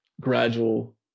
gradual